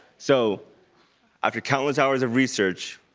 so after countless hours of research,